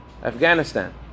Afghanistan